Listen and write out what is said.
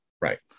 right